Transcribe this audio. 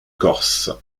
corse